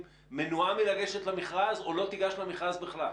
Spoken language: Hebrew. מנועה לגשת למכרז או לא תיגש למכרז בכלל?